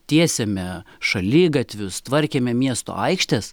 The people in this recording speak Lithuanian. tiesėme šaligatvius tvarkėme miesto aikštes